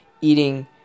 eating